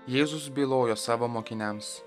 jėzus bylojo savo mokiniams